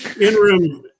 In-room